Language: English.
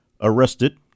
arrested